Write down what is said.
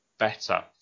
Better